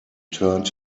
turned